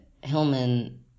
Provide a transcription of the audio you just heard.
Hillman